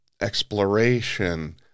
exploration